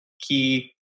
key